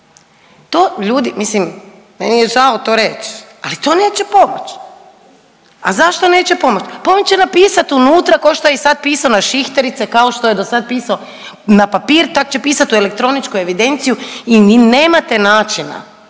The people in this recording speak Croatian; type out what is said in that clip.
To ljudi, mislim meni je žao to reći, ali to neće pomoći. A zašto neće pomoći? Pa oni će napisati unutra ko što je i sad pisana šihterica, kao što je dosad pisao na papir tak će pisat u elektroničku evidenciju i nemate načina